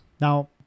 Now